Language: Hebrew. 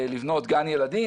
לבנות גן ילדים,